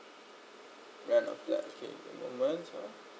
rent a flat okay moment ya